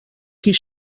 qui